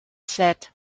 said